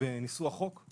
בניסוח חוק,